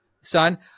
son